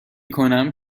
کنم